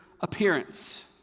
appearance